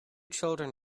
children